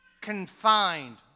confined